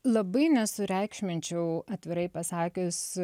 labai nesureikšminčiau atvirai pasakius